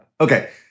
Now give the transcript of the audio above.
Okay